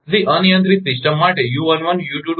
તેથી અનિયંત્રિત સિસ્ટમ માટે u11 u22